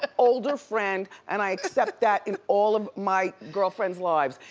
ah older friend and i accept that in all of my girlfriends lives,